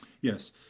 Yes